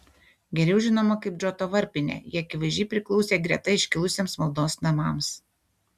geriau žinoma kaip džoto varpinė ji akivaizdžiai priklausė greta iškilusiems maldos namams